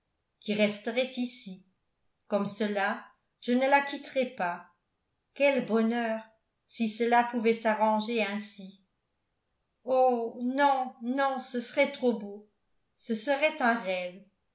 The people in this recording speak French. qui resterait ici comme cela je ne la quitterais pas quel bonheur si cela pouvait s'arranger ainsi oh non non ce serait trop beau ce serait un rêve